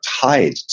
tied